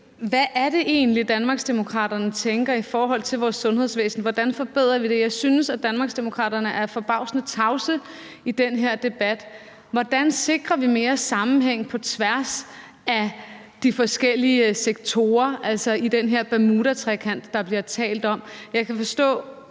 hvad det egentlig er, Danmarksdemokraterne tænker i forhold til vores sundhedsvæsen. Hvordan forbedrer vi det? Jeg synes, at Danmarksdemokraterne er forbavsende tavse i den her debat. Hvordan sikrer vi mere sammenhæng på tværs af de forskellige sektorer, altså i den her bermudatrekant, der bliver talt om? Jeg kan forstå,